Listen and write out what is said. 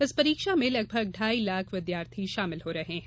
इस परीक्षा में लगभग ढाई लाख विद्यार्थी शामिल हो रहे हैं